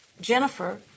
Jennifer